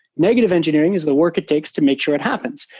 negative engineering is the work it takes to make sure it happens,